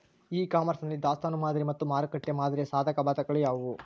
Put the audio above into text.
E commerce ನಲ್ಲಿ ದಾಸ್ತನು ಮಾದರಿ ಮತ್ತು ಮಾರುಕಟ್ಟೆ ಮಾದರಿಯ ಸಾಧಕಬಾಧಕಗಳು ಯಾವುವು?